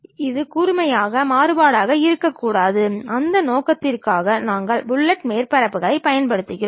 இது கூர்மையான மாறுபாடாக இருக்கக்கூடாது அந்த நோக்கத்திற்காக நாங்கள் ஃபில்லட் மேற்பரப்புகளையும் பயன்படுத்துகிறோம்